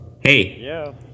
Hey